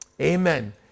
Amen